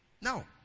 No